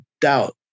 doubt